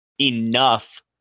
enough